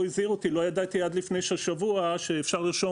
הזהיר אותי ולא ידעתי עד לפני שבוע שאפשר לרשום